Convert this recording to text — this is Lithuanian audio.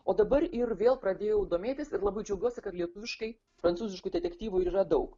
o dabar ir vėl pradėjau domėtis ir labai džiaugiuosi kad lietuviškai prancūziškų detektyvų yra daug